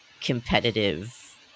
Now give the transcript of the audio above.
competitive